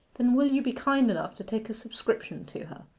then will you be kind enough to take a subscription to her?